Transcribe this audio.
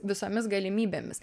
visomis galimybėmis